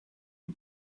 you